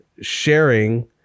Sharing